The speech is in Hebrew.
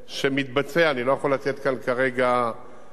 אני לא יכול לתת כאן כרגע מועד לביצוע,